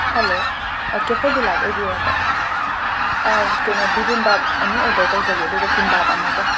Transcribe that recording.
hello cafe delight ꯑꯣꯏꯕꯤꯔꯕ꯭ꯔꯥ ꯀꯩꯅꯣ ꯕꯤꯕꯤꯝꯕꯥꯞ ꯑꯅꯤ ꯑꯣꯔꯗꯔ ꯇꯧꯖꯒꯦ ꯑꯗꯨꯒ ꯀꯤꯝꯕꯥꯞ ꯑꯃꯒ